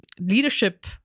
leadership